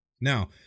Now